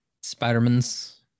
Spider-Man's